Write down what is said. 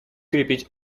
крепить